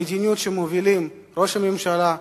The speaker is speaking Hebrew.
המדיניות שמובילים ראש הממשלה,